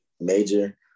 major